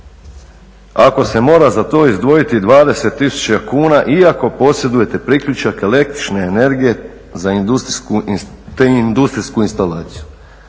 ako se mora za to izdvojiti 20 tisuća kuna iako posjedujete priključak električne energije te industrijsku instalaciju.